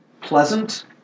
pleasant